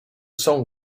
song